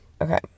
Okay